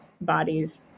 bodies